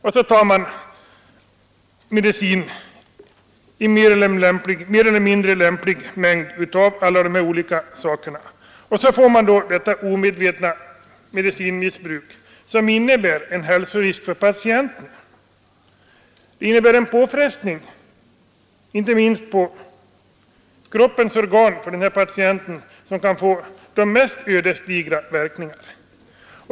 Sedan tar man olika mediciner i mer eller mindre lämplig mängd och får ett omedvetet medicinmissbruk, som innebär en hälsorisk för patienten, en påfrestning på kroppens organ som kan få de mest ödesdigra verkningar.